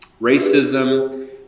racism